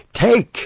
take